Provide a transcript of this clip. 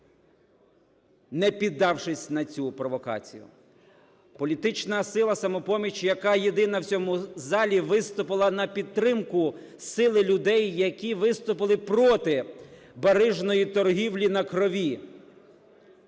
не піддавшись на цю провокацію. Політична сила "Самопоміч", яка єдина в цьому залі виступила на підтримку сили людей, які виступили проти барижної торгівлі на крові.